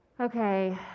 Okay